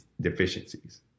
deficiencies